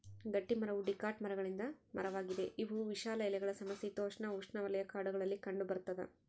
ಗಟ್ಟಿಮರವು ಡಿಕಾಟ್ ಮರಗಳಿಂದ ಮರವಾಗಿದೆ ಇವು ವಿಶಾಲ ಎಲೆಗಳ ಸಮಶೀತೋಷ್ಣಉಷ್ಣವಲಯ ಕಾಡುಗಳಲ್ಲಿ ಕಂಡುಬರ್ತದ